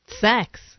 Sex